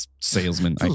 salesman